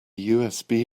usb